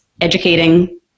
educating